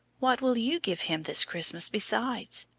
what will you give him this christmas besides?